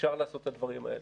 אפשר לעשות את הדברים האלה.